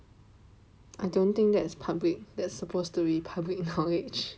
I don't think that's public that's supposed to be public knowledge